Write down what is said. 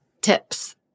tips